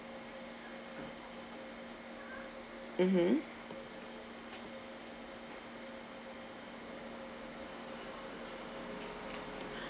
mmhmm